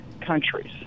countries